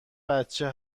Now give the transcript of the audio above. بچه